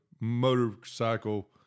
motorcycle-